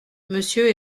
monsieur